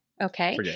Okay